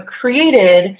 created